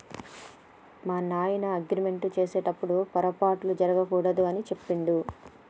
మా నాయన అగ్రిమెంట్ సేసెటప్పుడు పోరపాట్లు జరగకూడదు అని సెప్పిండు